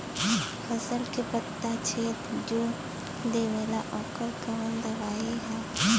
फसल के पत्ता छेद जो देवेला ओकर कवन दवाई ह?